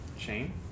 chain